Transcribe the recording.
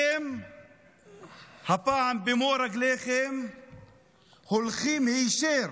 הפעם אתם במו רגליכם הולכים היישר